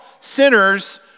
sinners